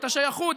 את השייכות,